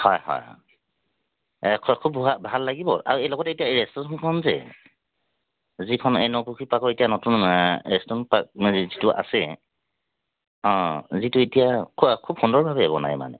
হয় হয় অ খুব ভাল লাগিব আৰু এই লগতে এতিয়া যে যিখন এই নপুখুৰী পাৰ্কত এতিয়া নতুন এ ৰেষ্টোৰেণ্ট আছে অ সেইটো এতিয়া খুব সুন্দৰ ভাৱে বনায় মানে